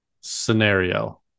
Scenario